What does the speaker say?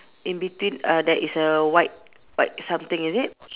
in between err there is a white white something is it